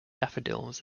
daffodils